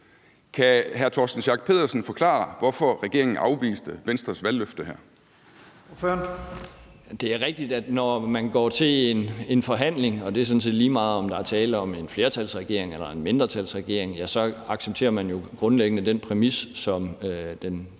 Lahn Jensen): Ordføreren. Kl. 09:41 Torsten Schack Pedersen (V): Det er rigtigt, at når man går til en forhandling, og det er sådan set lige meget, om der er tale om en flertalsregering eller en mindretalsregering, så accepterer man jo grundlæggende den præmis, som den til